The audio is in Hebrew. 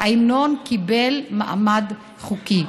ההמנון קיבל מעמד חוקי.